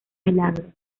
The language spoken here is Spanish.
milagros